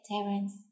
Terence